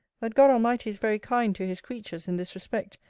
that god almighty is very kind to his creatures, in this respect,